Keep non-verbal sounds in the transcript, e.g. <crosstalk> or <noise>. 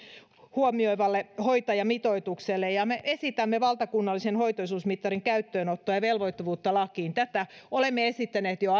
huomioivalle hoitajamitoitukselle ja me esitämme valtakunnallisen hoitoisuusmittarin käyttöönottoa ja velvoittavuutta lakiin tätä olemme esittäneet jo <unintelligible>